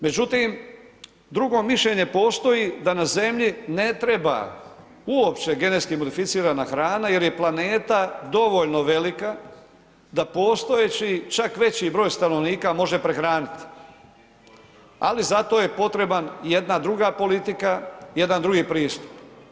Međutim, drugo mišljenje postoji da na zemlji ne treba uopće genetski modificirana hrana jer je planeta dovoljno velika da postojeći čak veći broj stanovnika može prehraniti, ali zato je potrebna jedna druga politika, jedan drugi pristup.